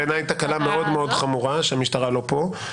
בעיניי זו תקלה מאוד מאוד חמורה שהמשטרה לא פה.